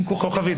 עם כוכבית,